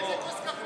חבר הכנסת קרעי,